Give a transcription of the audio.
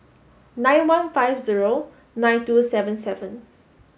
nine one five zero nine two seven seven